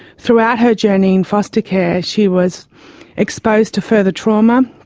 throughout her journey in foster care she was exposed to further trauma.